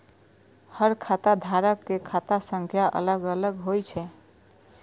हर खाता धारक के खाता संख्या अलग अलग होइ छै